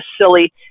silly